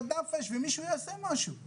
זה משהו שאי